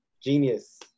genius